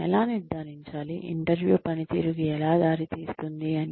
ఎలా నిర్ధారించాలి ఇంటర్వ్యూ పనితీరుకు ఎలా దారితీస్తుంది అని